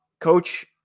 coach